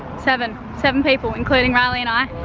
seven. seven people, including riley and i.